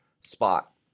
spot